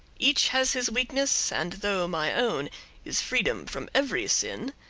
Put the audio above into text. each has his weakness, and though my own is freedom from every sin,